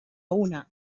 una